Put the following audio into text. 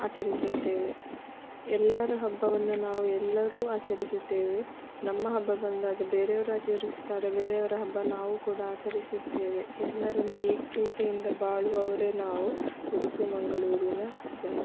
ಆಚರಿಸುತ್ತೇವೆ ಎಲ್ಲರ ಹಬ್ಬವನ್ನು ನಾವು ಎಲ್ಲರೂ ಆಚರಿಸುತ್ತೇವೆ ನಮ್ಮ ಹಬ್ಬ ಬಂದಾಗ ಬೇರೆಯವರು ಆಚರಿಸುತ್ತಾರೆ ಬೇರೆಯವರ ಹಬ್ಬ ನಾವು ಕೂಡ ಆಚರಿಸುತ್ತೇವೆ ಎಲ್ಲರೊಂದಿಗೆ ಏಕತೆಯಿಂದ ಬಾಳುವವರೇ ನಾವು ಉಡುಪಿ ಮಂಗಳೂರಿನ ಜನ